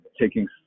taking